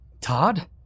Todd